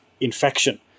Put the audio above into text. infection